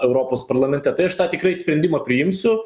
europos parlamente tai aš tą tikrai sprendimą priimsiu